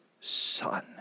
Son